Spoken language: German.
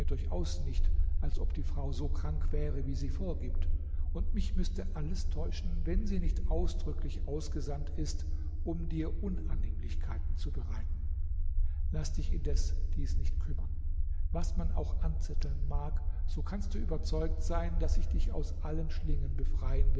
durchaus nicht als ob die frau so krank wäre wie sie vorgibt und mich müßte alles täuschen wenn sie nicht ausdrücklich ausgesandt ist um dir unannehmlichkeiten zu bereiten laß dich indes dies nicht kümmern was man auch anzetteln mag so kannst du überzeugt sein daß ich dich aus allen schlingen befreien